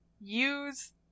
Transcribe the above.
use